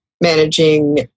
managing